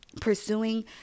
pursuing